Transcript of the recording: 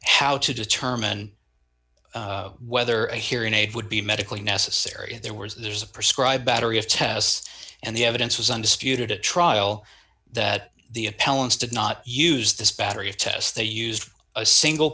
how to determine whether a hearing aid would be medically necessary and there was there's a prescribed battery of tests and the evidence was undisputed at trial that the appellant's did not use this battery of tests they used a single